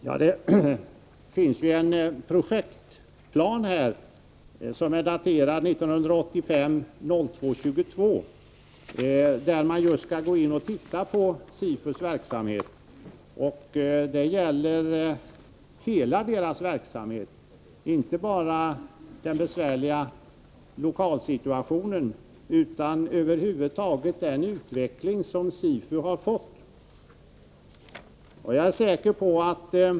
Herr talman! Det finns ju en projektplan som är daterad 1985-02-22 och som innebär att man skall titta på SIFU:s verk§amhet. Det gäller hela SIFU:s verksamhet, inte bara den besvärliga lokalsituationen utan över huvud taget den utveckling som SIFU har genomgått.